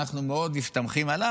אנחנו מאוד מסתמכים עליו,